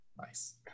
nice